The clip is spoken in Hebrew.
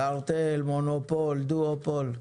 קרטל, מונופול, דואופול.